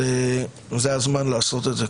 זה הזמן לעשות את זה,